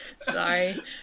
Sorry